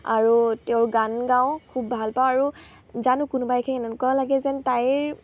আৰু তেওঁৰ গান গাওঁ খুব ভাল পাওঁ আৰু জানো কোনোবাই এনেকুৱা লাগে যেন তাইৰ